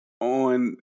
on